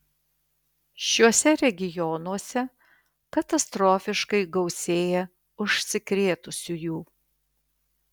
šiuose regionuose katastrofiškai gausėja užsikrėtusiųjų